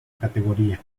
categoría